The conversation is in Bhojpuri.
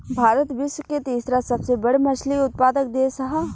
भारत विश्व के तीसरा सबसे बड़ मछली उत्पादक देश ह